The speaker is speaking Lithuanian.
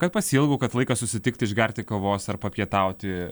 kad pasiilgau kad laikas susitikt išgerti kavos ar papietauti